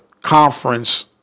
conference